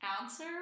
answer